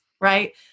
right